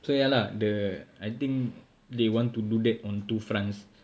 so ya lah the I think they want to do that on two fronts